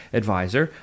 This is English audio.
advisor